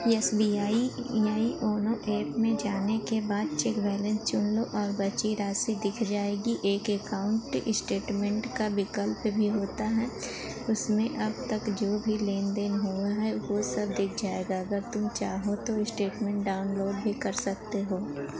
S B I I YONO app में जाने के बाद चेक बैलेंस चुन लो और बची राशि दिख जाएगी एक अकाउंट स्टेटमेंट का विकल्प भी होता है उसमें अब तक जो भी लेनदेन हुआ है वह सब दिख जाएगा अगर तुम चाहो तो स्टेटमेंट डाउनलोड भी कर सकते हो